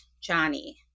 Johnny